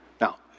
Now